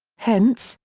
hence,